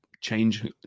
change